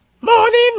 Morning